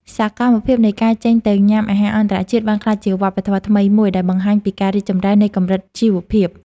សកម្មភាពនៃការចេញទៅញ៉ាំអាហារអន្តរជាតិបានក្លាយជាវប្បធម៌ថ្មីមួយដែលបង្ហាញពីការរីកចម្រើននៃកម្រិតជីវភាព។